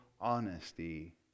honesty